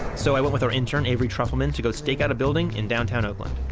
so i went with our intern, avery trufelman, to go stake out a building in downtown oakland